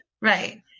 Right